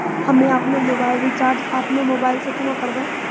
हम्मे आपनौ mobile recharge आपनौ मोबाइल से केना करवै?